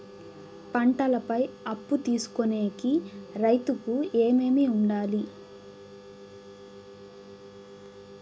పంటల పై అప్పు తీసుకొనేకి రైతుకు ఏమేమి వుండాలి?